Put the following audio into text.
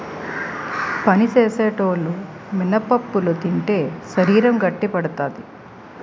పని సేసేటోలు మినపప్పులు తింటే శరీరం గట్టిపడతాది